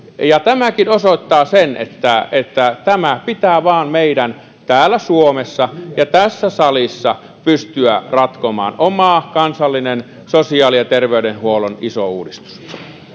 tämäkin osoittaa sen että että tämä vain pitää meidän täällä suomessa ja tässä salissa pystyä ratkomaan oma kansallinen sosiaali ja terveydenhuollon iso uudistus